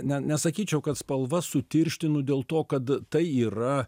ne nesakyčiau kad spalvas sutirštinu dėl to kad tai yra